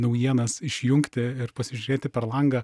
naujienas išjungti ir pasižiūrėti per langą